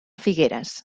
figueres